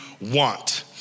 want